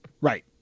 Right